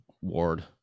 ward